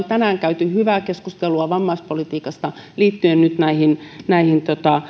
tänään käyneet hyvää keskustelua vammaispolitiikasta liittyen nyt näihin näihin